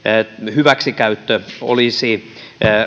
hyväksikäyttö olisi